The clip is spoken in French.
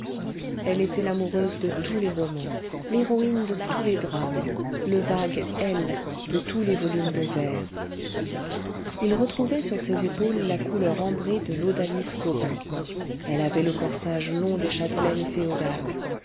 elle était l'amoureuse de tous les romans l'héroïne de tous les drames le vague elle de tous les volumes de vers il retrouvait sur ses épaules la couleur ambrée de l'odalisque au bain elle avait le corsage long des châtelaines féodales